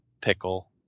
pickle